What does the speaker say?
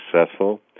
successful